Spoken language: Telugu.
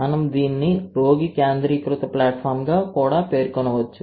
మనము దీనిని రోగి కేంద్రీకృత ప్లాట్ఫాంగా కూడా పేర్కొనవచ్చు